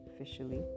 officially